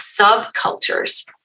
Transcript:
subcultures